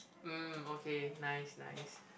um okay nice nice